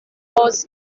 sports